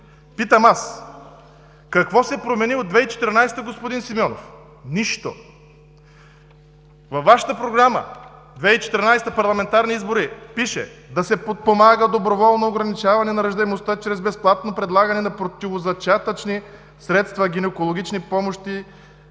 Питам аз: какво се промени от 2014 г., господин Симеонов? Нищо! Във Вашата програма от 2014 г. пише: „Да се подпомагат доброволното ограничаване на раждаемостта чрез безплатно предлагане на противозачатъчни средства, гинекологични помощи